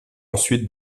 ensuite